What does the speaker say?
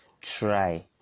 try